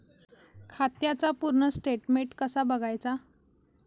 खात्याचा पूर्ण स्टेटमेट कसा बगायचा?